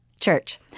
Church